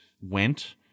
went